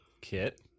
kit